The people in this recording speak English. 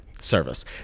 service